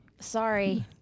Sorry